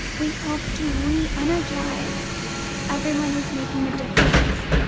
we hope to re-energise everyone who's making a difference.